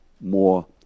more